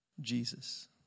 Jesus